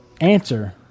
answer